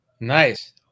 Nice